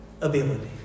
ability